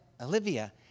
Olivia